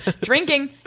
drinking